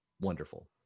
wonderful